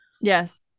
Yes